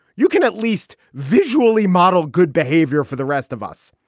you can at least visually model good behavior for the rest of us.